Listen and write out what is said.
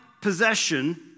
possession